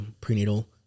prenatal